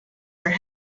are